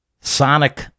sonic